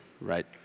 right